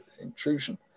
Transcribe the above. intrusion